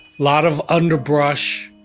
lot of underbrush,